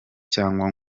cyangwa